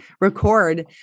record